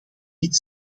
niet